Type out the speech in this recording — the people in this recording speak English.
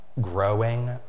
growing